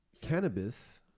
Cannabis